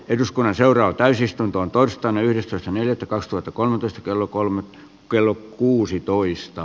eduskunnan seuraa täysistuntoon torstaina yhdestoista neljättä kaksituhattakolmetoista kello kolme kello kuusitoista